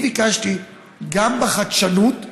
אני ביקשתי גם בחדשנות,